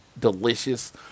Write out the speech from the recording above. delicious